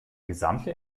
gesamte